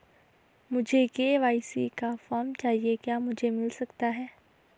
मुझे के.वाई.सी का फॉर्म चाहिए क्या मुझे मिल सकता है?